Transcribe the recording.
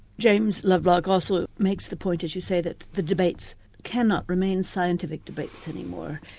james lovelock also makes the point, as you say, that the debates cannot remain scientific debates anymore,